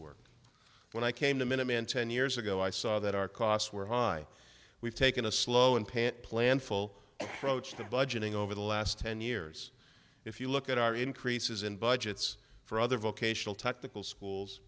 work when i came to minuteman ten years ago i saw that our costs were high we've taken a slow and pant planful broach the budgeting over the last ten years if you look at our increases in budgets for other vocational technical schools